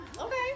okay